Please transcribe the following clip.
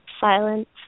silence